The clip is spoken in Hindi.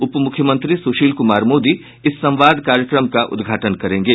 उप मुख्यमंत्री सुशील कुमार मोदी इस संवाद कार्यक्रम का उद्घाटन करेंगे